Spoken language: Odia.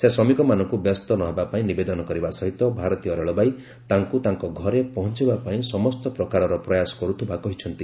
ସେ ଶ୍ରମିକମାନଙ୍କୁ ବ୍ୟସ୍ତ ନ ହେବା ପାଇଁ ନିବେଦନ କରିବା ସହିତ ଭାରତୀୟ ରେଳବାଇ ତାଙ୍କୁ ତାଙ୍କ ଘରେ ପହଞ୍ଚାଇବା ପାଇଁ ସମସ୍ତ ପ୍ରକାରର ପ୍ରୟାସ କରୁଥିବା କହିଛନ୍ତି